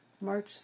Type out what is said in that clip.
March